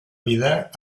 vida